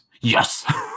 Yes